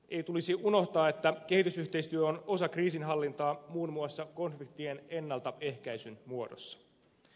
ei tulisi unohtaa että kehitysyhteistyö on osa kriisinhallintaa muun muassa konfliktien ennaltaehkäisyn muodossa